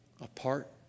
Apart